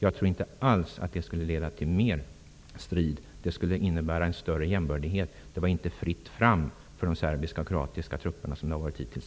Jag tror inte alls att det skulle leda till mer strid, utan det skulle innebära större jämbördighet. Det skulle inte vara fritt fram för de serbiska och kroatiska trupperna, såsom det har varit hittills.